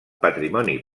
patrimoni